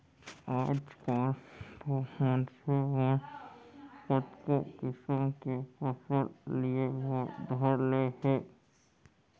आजकाल तो मनसे मन कतको किसम के फसल लिये बर धर ले हें